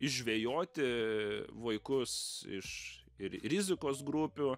žvejoti vaikus iš ri rizikos grupių